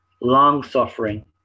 long-suffering